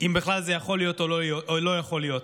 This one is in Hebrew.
אם בכלל זה יכול להיות או לא יכול להיות.